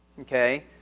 okay